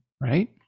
right